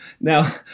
now